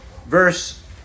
Verse